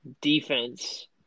defense